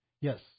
Yes